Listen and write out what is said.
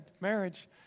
marriage